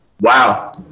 wow